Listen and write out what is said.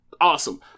Awesome